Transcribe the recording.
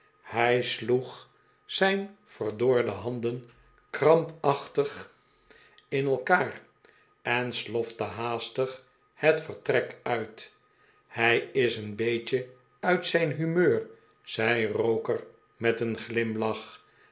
hij sloeg zijn verdorde handen krampachtig in pickwick ontmoet een ouden bekende elkaar en slofte haastig het vertrek uit hij is een beetje uit zijn humeur zei roker met een glimlach